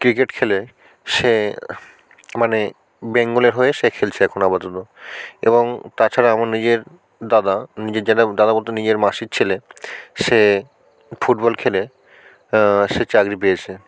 cricket খেলে সে মানে বেঙ্গলের হয়ে সে খেলছে এখন আপাতত এবং তাছাড়া আমার নিজের দাদা নিজের যেটা জ্যাঠা দাদা বলতে নিজের মাসির ছেলে সে ফুটবল খেলে সে চাকরি পেয়েছে